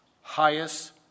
highest